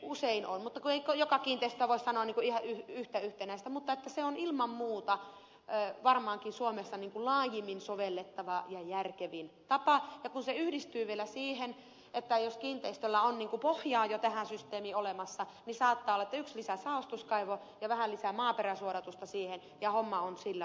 usein on ei joka kiinteistöstä voi sanoa ihan yhtä yhtenäistä mutta se on ilman muuta varmaankin suomessa laajimmin sovellettava ja järkevin tapa ja kun se yhdistyy vielä siihen että kiinteistöllä on pohjaa jo tähän systeemiin olemassa niin saattaa olla että yksi lisäsaostuskaivo ja vähän lisää maaperäsuodatusta siihen ja homma on sillä valmis